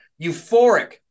Euphoric